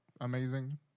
amazing